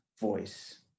voice